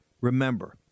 Remember